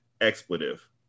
expletive